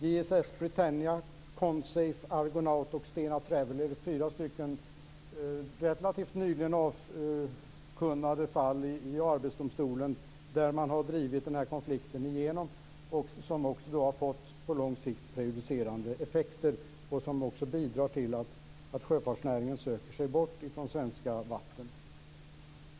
ISS Britania, Consafe, Argonaut och Stena Traveller är fyra relativt nyligen avkunnade fall i Arbetsdomstolen dit konflikter har drivits och som på lång sikt har fått prejudicerande effekter. Det bidrar till att sjöfartsnäringen söker sig bort från svenska vatten.